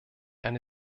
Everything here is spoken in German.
eine